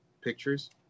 pictures